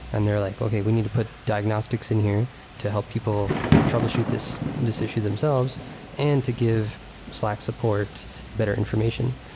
and they're like, okay, we need to put diagnostics in here to help people troubleshoot this this issue themselves and to give slack support better information.